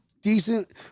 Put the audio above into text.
decent